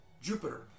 Jupiter